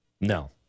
No